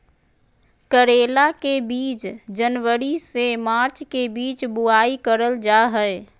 करेला के बीज जनवरी से मार्च के बीच बुआई करल जा हय